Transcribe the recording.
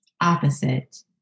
opposite